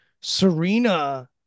Serena